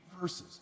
verses